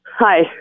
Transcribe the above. Hi